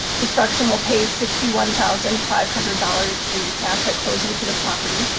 construction will pay sixty one thousand five hundred dollars in cash at closing for the property,